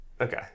Okay